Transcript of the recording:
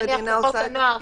לדוגמה בחוק הנוער,